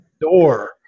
door